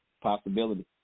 Possibility